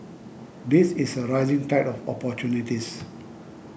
this is a rising tide of opportunities